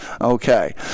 Okay